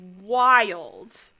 wild